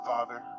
Father